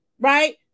right